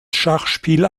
schachspiel